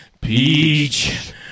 Peach